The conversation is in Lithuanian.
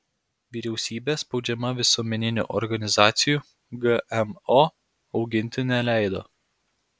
vyriausybė spaudžiama visuomeninių organizacijų gmo auginti neleido